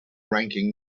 ranking